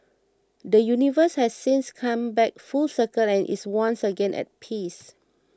the universe has since come back full circle and is once again at peace